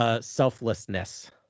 selflessness